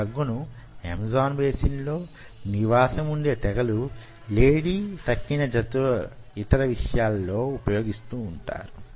ఈ డ్రగ్ ను Amazon basin లో నివాసముండే తెగలు లేడి తక్కిన యితర జంతువు ల విషయంలో ఉపయోగిస్తుంటారు